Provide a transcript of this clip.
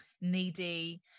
needy